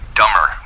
dumber